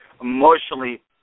emotionally